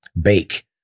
bake